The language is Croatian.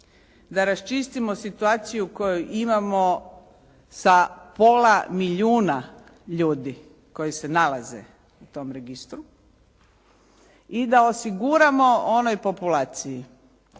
da raščistimo situaciju koju imamo sa pola milijuna ljudi koji se nalaze u tom registru i da osiguramo onoj populaciji